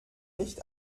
nicht